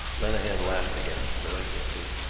lenehan laughed again, noiselessly.